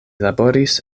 laboris